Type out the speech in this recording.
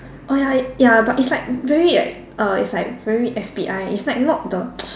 oh ya ya but it's like very like uh it's like very F_B_I it's like not the